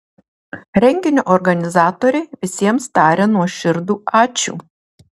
renginio organizatoriai visiems taria nuoširdų ačiū